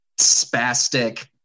spastic